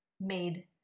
made